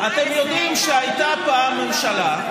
אתם יודעים שהייתה פעם ממשלה,